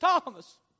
Thomas